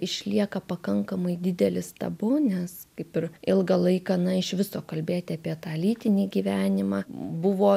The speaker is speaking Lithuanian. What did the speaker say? išlieka pakankamai didelis tabu nes kaip ir ilgą laiką na iš viso kalbėti apie tą lytinį gyvenimą buvo